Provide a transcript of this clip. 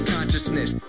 Consciousness